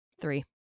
three